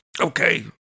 Okay